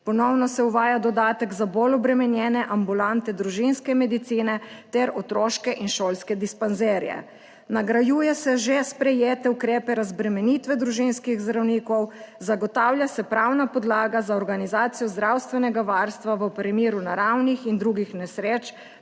ponovno se uvaja dodatek za bolj obremenjene ambulante družinske medicine ter otroške in šolske dispanzerje; nadgrajuje se že sprejete ukrepe razbremenitve družinskih zdravnikov; zagotavlja se pravna podlaga za organizacijo zdravstvenega varstva v primeru naravnih in drugih nesreč,